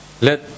let